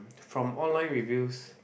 from online reviews